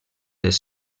les